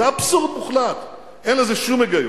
זה אבסורד מוחלט, אין לזה שום היגיון.